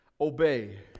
obey